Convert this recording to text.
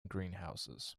greenhouses